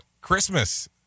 Christmas